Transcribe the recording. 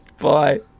Bye